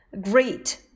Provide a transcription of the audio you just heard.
Great